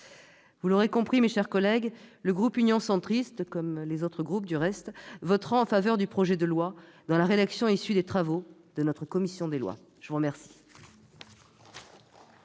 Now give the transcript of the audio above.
Vous l'aurez compris, mes chers collègues, le groupe Union Centriste, comme les autres groupes, du reste, votera en faveur du projet de loi, dans la rédaction issue des travaux de notre commission des lois. La discussion